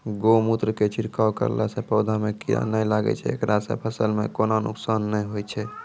गोमुत्र के छिड़काव करला से पौधा मे कीड़ा नैय लागै छै ऐकरा से फसल मे कोनो नुकसान नैय होय छै?